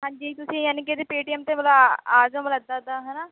ਹਾਂਜੀ ਤੁਸੀਂ ਅਨੀਕੇਤ ਦੇ ਪੇਟੀਐਮ 'ਤੇ ਮਲ ਆ ਜਿਓ ਮਲ ਇੱਦਾਂ ਇੱਦਾਂ ਹੈ ਨਾ